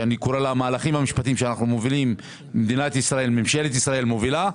בכל המהלכים המשפטיים שממשלת ישראל מובילה,